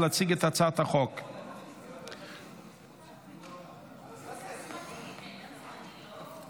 הצעת חוק הכנסת (תיקון מס' 53)